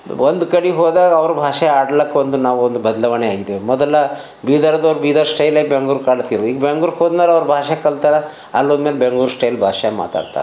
ಒಂದು ಕಡೆ ಹೋದಾಗ ಅವ್ರ ಭಾಷೆ ಆಡ್ಲಕ್ಕೆ ಒಂದು ನಾವು ಒಂದು ಬದಲಾವಣೆ ಆಗಿದ್ದೇವೆ ಮೊದಲು ಬೀದರ್ದವ್ರು ಬೀದರ್ ಸ್ಟೈಲೆ ಬೆಂಗ್ಳೂರು ಕಾಣ್ತೀವಿ ಈಗ ಬೆಂಗ್ಳೂರ್ಕ್ ಹೋದ್ಮೇಲೆ ಭಾಷೆ ಕಲಿತಾರ ಅಲ್ಲಿ ಹೋದ್ಮೇಲೆ ಬೆಂಗ್ಳೂರು ಸ್ಟೈಲ್ ಭಾಷೆ ಮಾತಾಡ್ತರ